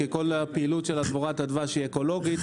כי כל פעילות של דבורת הדבש היא אקולוגית.